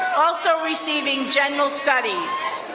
also receiving general studies.